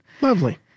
Lovely